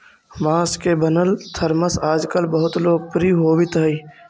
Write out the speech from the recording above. बाँस से बनल थरमस आजकल बहुत लोकप्रिय होवित हई